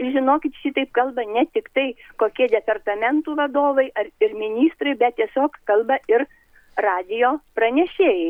žinokit šitaip kalba ne tiktai kokie departamentų vadovai ar ir ministrai bet tiesiog kalba ir radijo pranešėjai